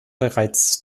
bereits